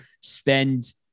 spend